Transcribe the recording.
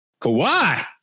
Kawhi